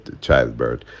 childbirth